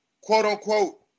quote-unquote